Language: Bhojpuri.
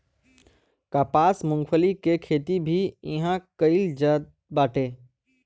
कपास, मूंगफली के खेती भी इहां कईल जात बाटे